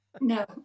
No